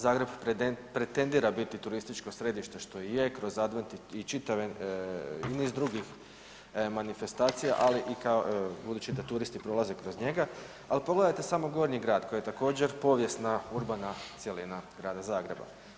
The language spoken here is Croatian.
Zagreb pretendira biti turističko središte što i je kroz advent i čitave niz drugih manifestacija, ali i kao, budući da turisti prolaze kroz njega, ali pogledajte samo Gornji grad koji je također povijesna urbana cjelina Grada Zagreba.